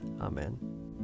Amen